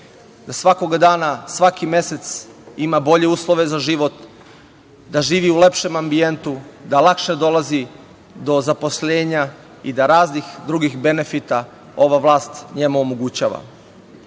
da svakog dana, svakog meseca ima bolje uslove za život, da živi u lepšem ambijentu, da lakše dolazi do zaposlenja i do raznih drugih benefita, ova vlast njemu omogućava. Ono